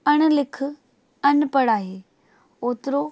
अणलिखु अनपढ़ु आहे ओतिरो